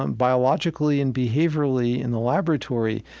um biologically and behaviorally in the laboratory,